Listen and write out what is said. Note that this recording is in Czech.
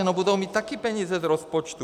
No budou mít také peníze z rozpočtu.